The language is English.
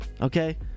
okay